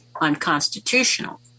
unconstitutional